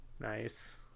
nice